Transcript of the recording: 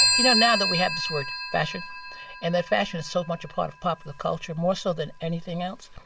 you know, now that we have this word fashion and that fashion is so much a part of popular culture more so than anything else,